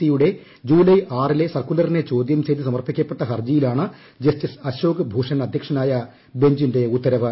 C യുടെ July ലേലെ സർക്കൂലറിനെ ചോദ്യം ചെയ്ത് സമർപ്പിക്കപ്പെട്ട ഹർജിയിലാണ് ജസ്റ്റിസ് അശോക് ഭൂഷൻ അധ്യക്ഷനായ ബെഞ്ചിന്റെ ഉത്തരവ്